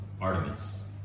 Artemis